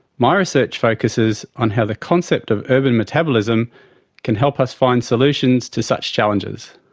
my research focusses on how the concept of urban metabolism can help us find solutions to such challenges.